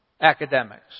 academics